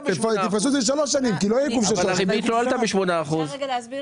תפרסו את זה לשלוש שנים --- אפשר רגע להסביר?